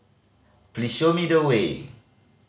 please show me the way